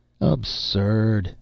Absurd